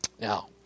Now